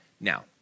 Now